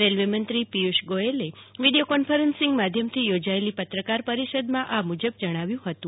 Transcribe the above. રેલ્વેમંત્રી પિથુષ ગોયલે video conferencing માધ્યમથી યોજાયેલી પત્રકાર પરીષદમાં આ મુજબ જણાવ્યું હતું